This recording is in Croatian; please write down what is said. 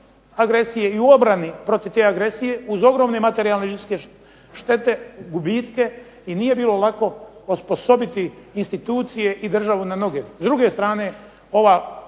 agresije i u obrani protiv te agresije, uz ogromne materijalne ljudske štete, gubitke, i nije bilo lako osposobiti institucije i državu na noge. S druge strane ova